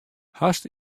hast